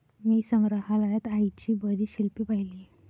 मी संग्रहालयात आईची बरीच शिल्पे पाहिली